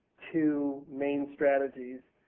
two main strategies.